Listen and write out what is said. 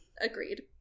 Agreed